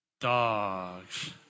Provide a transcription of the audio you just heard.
Dogs